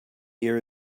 year